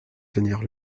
tenir